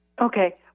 Okay